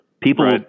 people